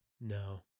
no